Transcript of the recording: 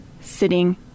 sitting